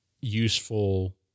useful